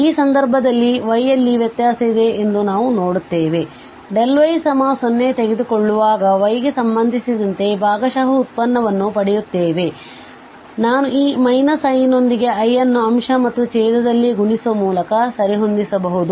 ಆದ್ದರಿಂದ ಈ ಸಂದರ್ಭದಲ್ಲಿ ಇಲ್ಲಿ y ಯಲ್ಲಿ ವ್ಯತ್ಯಾಸವಿದೆ ಎಂದು ನಾವು ನೋಡುತ್ತೇವೆ ಆದ್ದರಿಂದ y 0 ತೆಗೆದುಕೊಳ್ಳುವಾಗ y ಗೆ ಸಂಬಂಧಿಸಿದಂತೆ ಭಾಗಶಃ ಉತ್ಪನ್ನವನ್ನು ಪಡೆಯುತ್ತೇವೆ ಮತ್ತು ನಾನು ಈ i ನೊಂದಿಗೆ i ಅನ್ನು ಅಂಶ ಮತ್ತು ಛೇದದಲ್ಲಿ ಗುಣಿಸುವ ಮೂಲಕ ಸರಿಹೊಂದಿಸಬಹುದು